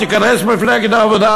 תיכנס מפלגת העבודה,